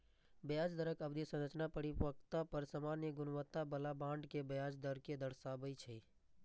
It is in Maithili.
ब्याज दरक अवधि संरचना परिपक्वता पर सामान्य गुणवत्ता बला बांड के ब्याज दर कें दर्शाबै छै